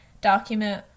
document